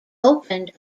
opened